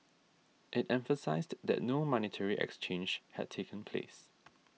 it emphasised that no monetary exchange had taken place